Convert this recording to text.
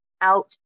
out